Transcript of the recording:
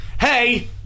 hey